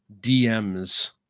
DMs